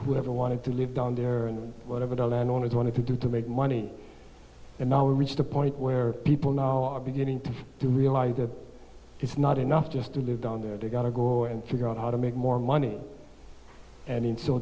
whoever wanted to live down there and whatever the land owners wanted to do to make money and now we reached a point where people now are beginning to see to realize that it's not enough just to live down there they've got to go and figure out how to make more money and